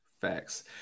Facts